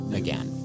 again